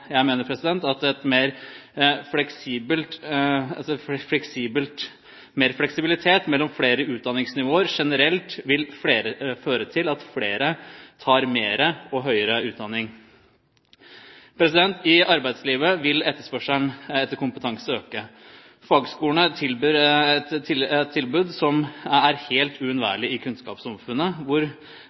jeg mener, at mer fleksibilitet mellom flere utdanningsnivåer generelt vil føre til at flere tar mer og høyere utdanning. I arbeidslivet vil etterspørselen etter kompetanse øke. Fagskolene tilbyr et tilbud som er helt uunnværlig i kunnskapssamfunnet, hvor